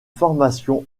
formation